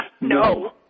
No